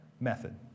method